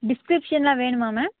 டிஸ்கிரிப்ஷனெலாம் வேணுமா மேம்